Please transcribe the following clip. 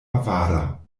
avara